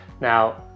Now